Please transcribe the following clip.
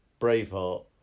Braveheart